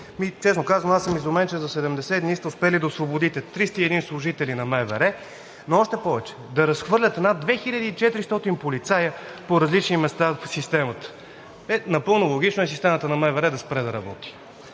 Честно казано, аз съм изумен, че за 70 дни сте успели да освободите 301 служители на МВР, но още повече, да разхвърляте над 2400 полицаи по-различни места в системата. Е, напълно логично е системата на МВР да спре да работи.